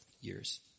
years